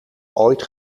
ooit